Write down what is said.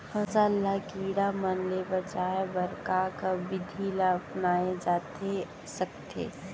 फसल ल कीड़ा मन ले बचाये बर का का विधि ल अपनाये जाथे सकथे?